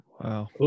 Wow